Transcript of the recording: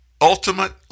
ultimate